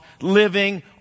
living